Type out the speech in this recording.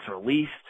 released